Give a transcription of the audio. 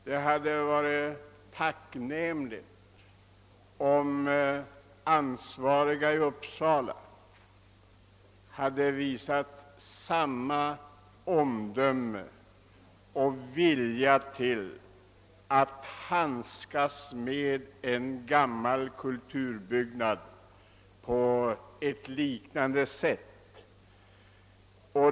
Det hade varit tacknämligt, om ansvariga i Uppsala hade visat omdöme och vilja att handskas med en gammal kulturbyggnad på ett liknande sätt.